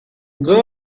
girl